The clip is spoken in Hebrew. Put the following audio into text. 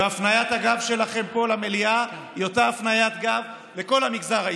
והפניית הגב שלכם פה למליאה היא אותה הפניית גב לכל המגזר העסקי.